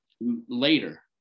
later